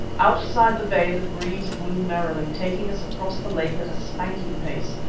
outside the bay the breeze blew merrily, taking us across the lake at a spanking pace,